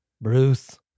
Bruce